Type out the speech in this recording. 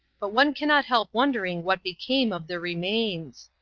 but one can not help wondering what became of the remains.